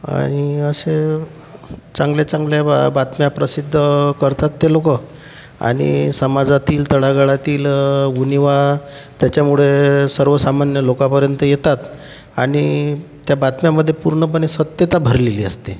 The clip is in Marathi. आणि असे चांगल्या चांगल्या बातम्या प्रसिद्ध करतात ते लोकं आणि समाजातील तळागळातील उणिवा त्याच्यामुळे सर्वसामान्य लोकापर्यंत येतात आणि त्या बातम्यांमध्ये पूर्णपणे सत्यता भरलेली असते